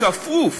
בכפוף